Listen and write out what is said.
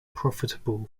profitable